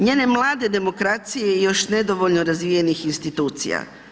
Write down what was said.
Njene mlade demokracije i još nedovoljno razvijenih institucija.